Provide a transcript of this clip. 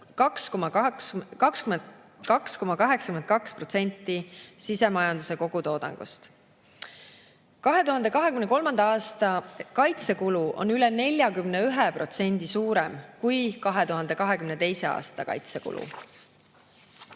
2,82% sisemajanduse kogutoodangust. 2023. aasta kaitsekulu on üle 41% suurem kui 2022. aasta kaitsekulu.